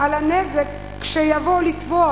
על הנזק כשיבוא לתבוע